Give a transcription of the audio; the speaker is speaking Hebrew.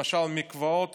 למשל מקוואות